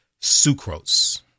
sucrose